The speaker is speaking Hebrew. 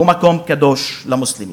הוא מקום קדוש למוסלמים,